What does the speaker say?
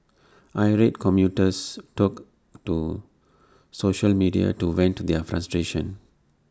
irate commuters took to social media to vent their frustration